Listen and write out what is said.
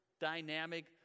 dynamic